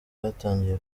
batangiye